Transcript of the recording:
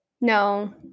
no